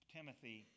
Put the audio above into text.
Timothy